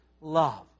love